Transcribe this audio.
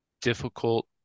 difficult